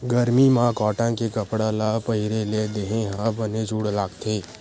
गरमी म कॉटन के कपड़ा ल पहिरे ले देहे ह बने जूड़ लागथे